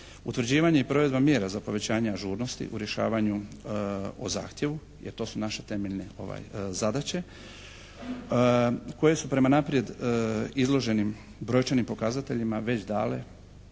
Utvrđivanje i provedba mjera za povećanje ažurnosti u rješavanju o zahtjevu, jer to su naše temeljne zadaće koje su prema naprijed izloženim brojčanim pokazateljima već dale